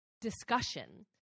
discussion